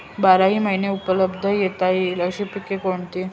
बाराही महिने उत्पादन घेता येईल अशी पिके कोणती?